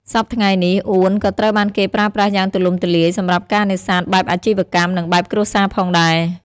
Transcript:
សព្វថ្ងៃនេះ អួនក៏ត្រូវបានគេប្រើប្រាស់យ៉ាងទូលំទូលាយសម្រាប់ការនេសាទបែបអាជីវកម្ម និងបែបគ្រួសារផងដែរ។